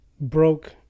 broke